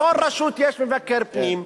בכל רשות יש מבקר פנים.